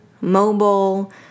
mobile